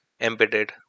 embedded